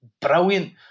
brilliant